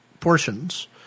portions